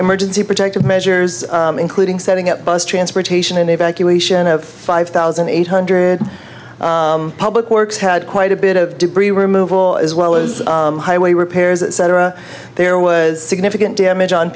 emergency protective measures including setting up bus transportation and evacuation of five thousand eight hundred public works had quite a bit of debris removal as well as highway repairs etc there was significant damage on